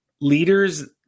leaders